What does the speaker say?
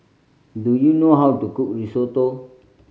do you know how to cook Risotto